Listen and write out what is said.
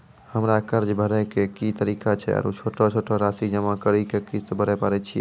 हमरा कर्ज भरे के की तरीका छै आरू छोटो छोटो रासि जमा करि के किस्त भरे पारे छियै?